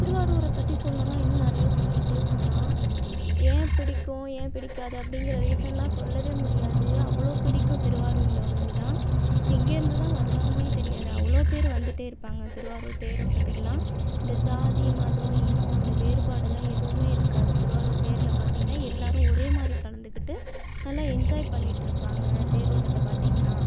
திருவாரூரை பற்றி சொல்லணும்ன்னா இன்னும் நிறையா சொல்லிகிட்டே போகலாம் ஏன் பிடிக்கும் ஏன் பிடிக்காது அப்படிங்கிற ரீசனெலாம் சொல்லவே முடியாது அவ்வளோ பிடிக்கும் திருவாரூரில் உள்ளதுலாம் எங்கே இருந்து தான் வருவாங்கனே தெரியாது அவ்வளோ பேர் வந்துட்டே இருப்பாங்க திருவாரூர் தேரோட்டத்துக்குலாம் இந்த ஜாதி மதம் இனம் அந்த வேறுபாடுலாம் எதுவுமே இருக்காது திருவாரூர் தேரில் பார்த்திங்கன்னா எல்லோரும் ஒரே மாதிரி கலந்துக்கிட்டு நல்லா என்ஜாய் பண்ணிகிட்டு இருப்பாங்க தேரோட்டத்தை பார்த்திங்கன்னா